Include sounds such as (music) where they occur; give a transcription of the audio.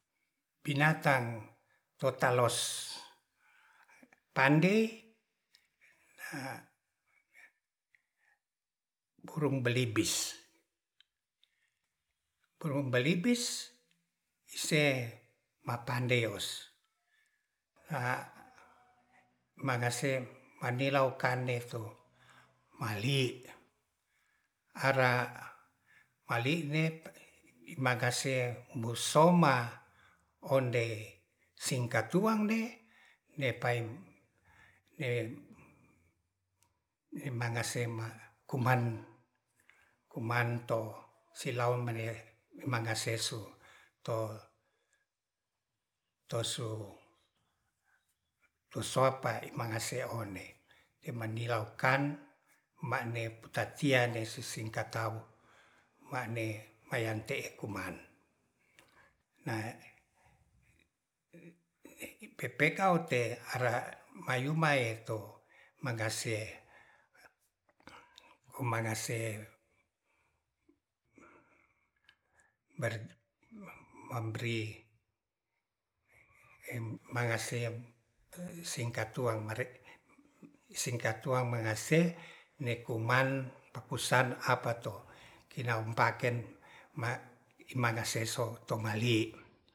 Pinatang totalos pandei nurung belibis. burung belibis ise mapandeos manase maniau kanditu kandi ara mali'ne (noise) mangase musoma onde singkat tuan de nepaing (hesitation) mangase ma kuman. kuman to silaun malie magase su to-to su tosuapa mangase one ne manilau kan ma'ne putatian ne susingkat tam ma'ne mayan te'e kuma'an (hesitation) pepeka ote ara mayumae to mangase, o mangase (hesitation) mangase singkat tuan mari' siangka tuan mangase nekuman pakusan apato tidau paken magaseso tomali'